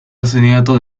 arseniato